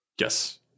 yes